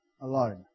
alone